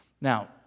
Now